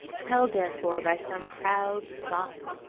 held therefore by some proud, soft,